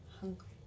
hungry